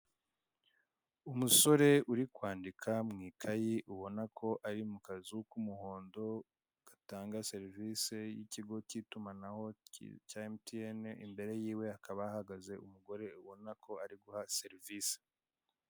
Umusore uri kwandika mu ikayi, ubona ko ari mu kazu k'umuhondo, gatanga serivise y'ikigo cy'itumanaho cya emutiyene, imbere y'iwe hakaba hahagaze umugore ubona ko ari guha serivise.